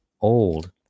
old